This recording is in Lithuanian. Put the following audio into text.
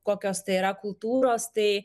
kokios tai yra kultūros tai